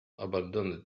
abandoned